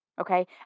okay